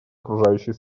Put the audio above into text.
окружающей